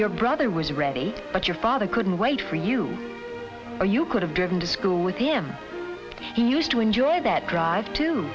your brother was ready but your father couldn't wait for you or you could have driven to school with him he used to enjoy that drive to